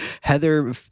Heather